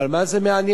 אבל מה זה מעניין?